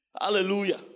Hallelujah